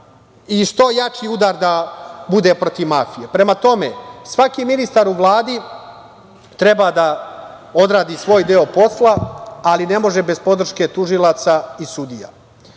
i što jači udar da bude protiv mafije. Prema tome, svaki ministar u Vladi treba da odradi svoj deo posla, ali ne može bez podrške tužilaca i sudija.